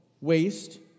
waste